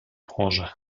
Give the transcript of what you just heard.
branche